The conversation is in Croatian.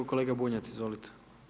Kolega Bunjac izvolite.